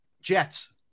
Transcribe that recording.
Jets